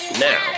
Now